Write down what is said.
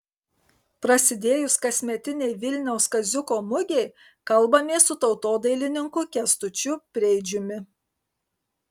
prasidėjus kasmetinei vilniaus kaziuko mugei kalbamės su tautodailininku kęstučiu preidžiumi